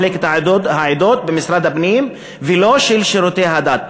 מחלקת העדות במשרד הפנים ולא של שירותי הדת.